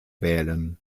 wählen